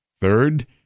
Third